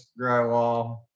drywall